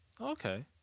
Okay